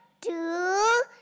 two